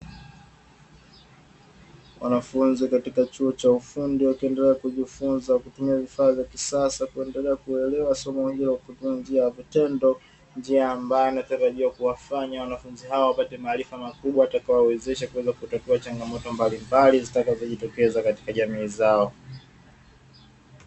Wanafunzi katika chuo cha ufundi wakiendelea kujifunza kwa kutumia vifaa vya kisasa kuendelea kuelewa somo hilo kwa njia ya vitendo, njia ambayo inatarajia kuwafanya wanafunzi hawa wapate maarifa makubwa yatakayo wawezesha kutatua changamoto mbalimbali zitakazojitokeza katika jamii zao.